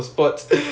ya